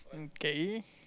hm K